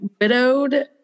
widowed